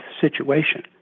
situation